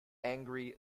angry